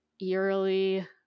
eerily